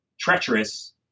treacherous